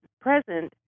present